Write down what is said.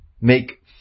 make